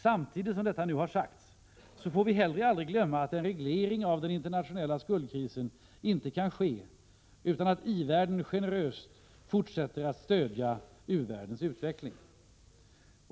Samtidigt som detta nu har sagts får vi heller aldrig glömma att en reglering av den internationella skuldkrisen inte kan ske utan att i-världen generöst fortsätter att stödja u-världens utveckling.